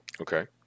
Okay